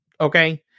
okay